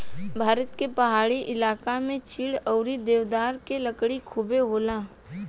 भारत के पहाड़ी इलाका में चीड़ अउरी देवदार के लकड़ी खुबे होला